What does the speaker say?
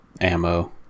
ammo